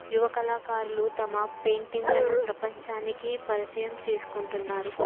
యువకళాకారులు తమ పెయింటింగ్లను ప్రపంచానికి పరిచయం చేసుకుంటున్నారు